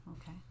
okay